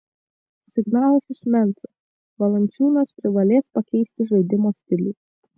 signalas iš memfio valančiūnas privalės pakeisti žaidimo stilių